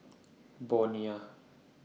Bonia